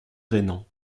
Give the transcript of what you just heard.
rhénan